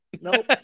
Nope